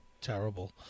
terrible